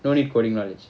no need coding knowledge